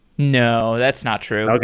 no. that's not true.